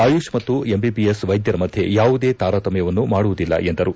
ಆಯುಷ್ ಮತ್ತು ಎಂಬಿಬಿಎಸ್ ವೈದ್ಯರ ಮಧ್ಯೆ ಯಾವುದೇ ತಾರತಮ್ಯವನ್ನು ಮಾಡುವುದಿಲ್ಲ ಎಂದರು